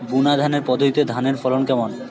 বুনাধানের পদ্ধতিতে ধানের ফলন কেমন?